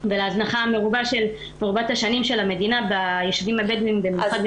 ועל ההזנחה מרובת השנים של המדינה בישובים הבדואים בנגב.